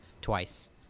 twice